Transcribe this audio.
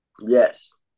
Yes